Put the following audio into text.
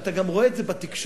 אתה גם רואה את זה בתקשורת,